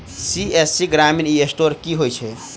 CSC ग्रामीण e store की होइ छै?